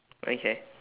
okay